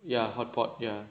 ya hotpot ya